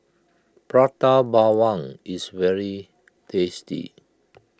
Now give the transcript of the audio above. Prata Bawang is very tasty